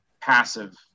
passive